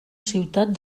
ciutat